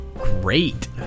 great